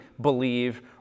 believe